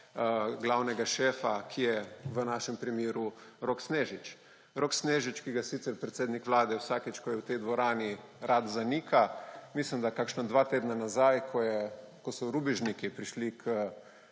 glavnega šefa, ki je v našem primeru Rok Snežič. Rok Snežič, ki ga sicer predsednik Vlade vsakič, ko je v tej dvorani, rad zanika. Mislim, da je kakšna dva tedna nazaj, ko so rubežniki prišli k